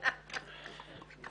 אני